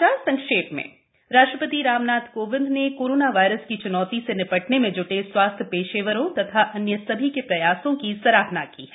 समाचार संक्षेप में राष्ट्रपति राम नाथ कोविंद ने कोरोना वायरस की च्नौती से निपटने मे जूटे स्वास्थ्य पेशेवरों तथा अन्य सभी के प्रयासों की सराहना की है